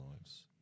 lives